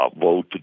vote